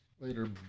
Later